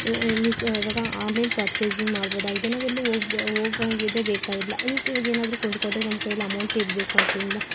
means ಈವಾಗ online purchasing ಮಾಡ್ಬೋದಾಗಿದೆ ನಾವೆಲ್ಲೋ ಹೋಗ್ಬೆ ಹೋಗಂಗಿದೆ ಬೇಕಾಗಿಲ್ಲ ಮೀನ್ಸ್ ಈವಾಗೇನಾದ್ರೂ ಕೊಂಡುಕೊಂಡರೆ ನಮ್ಮ ಕೈಲಿ ಅಮೌಂಟ್ ಇರಬೇಕಂತೇನಿಲ್ಲ